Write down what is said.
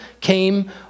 came